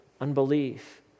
unbelief